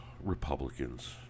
Republicans